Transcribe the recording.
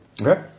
Okay